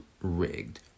rigged